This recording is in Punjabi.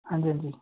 ਹਾਂਜੀ ਹਾਂਜੀ